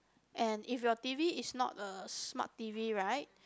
and if your T_V is not a smart T_V right